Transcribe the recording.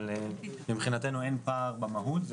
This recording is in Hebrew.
אבל מבחינתנו אין פער במהות.